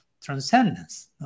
transcendence